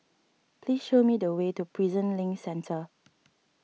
please show me the way to Prison Link Centre